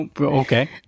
Okay